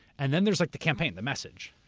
and then there's like the campaign, the message.